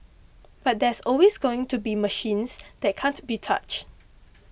but there's always going to be machines that can't be touched